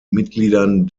mitgliedern